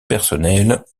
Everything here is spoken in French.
personnelle